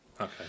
Okay